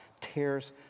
tears